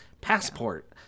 Passport